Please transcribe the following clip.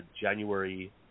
January